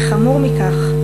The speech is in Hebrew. וחמור מכך,